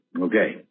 Okay